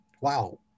wow